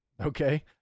Okay